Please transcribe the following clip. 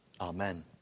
Amen